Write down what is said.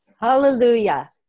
Hallelujah